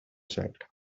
said